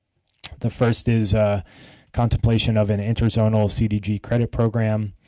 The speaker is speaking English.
the first is contemplation of an inter zonal cdg credit program.